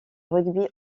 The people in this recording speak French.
rugby